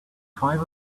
five